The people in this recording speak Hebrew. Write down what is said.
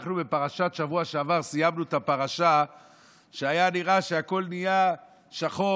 בשבוע שעבר סיימנו את הפרשה כשנראה היה שהכול נהיה שחור,